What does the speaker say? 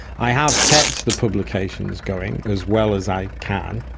i have kept the publications going as well as i can,